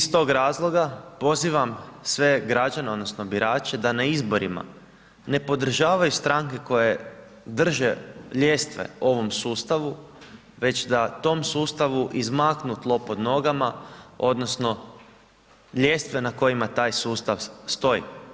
Iz tog razloga, pozivam sve građane odnosno birače da na izborima ne podržavaju stranke koje drže ljestve ovom sustavu već da tom sustavu izmaknu tlo pod nogama odnosno ljestve na kojima taj sustav stoji.